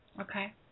Okay